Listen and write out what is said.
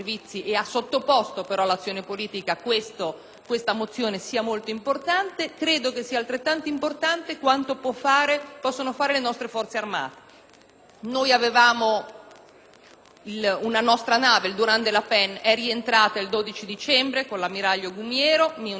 questa mozione, sia molto importante. Ritengo che sia altrettanto rilevante quanto possono fare le nostre Forze armate. Una nostra nave, il «Durand de la Penne», è rientrata il 12 dicembre con l'ammiraglio Gumiero; mi unisco ai ringraziamenti che sono stati già rivolti per il lavoro